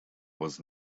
was